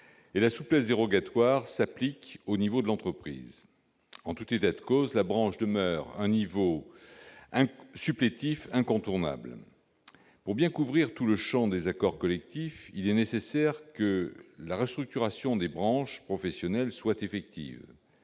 et la souplesse dérogatoire s'applique au niveau de l'entreprise. En tout état de cause, la branche demeure un niveau supplétif incontournable. Pour bien couvrir tout le champ des accords collectifs, il est nécessaire que la restructuration des branches professionnelles soit effective.